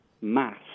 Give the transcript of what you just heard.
mass